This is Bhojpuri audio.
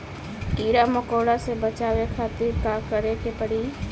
कीड़ा मकोड़ा से बचावे खातिर का करे के पड़ी?